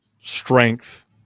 strength